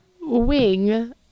Wing